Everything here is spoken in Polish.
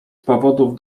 powodów